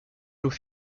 l’eau